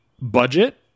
Budget